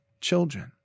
children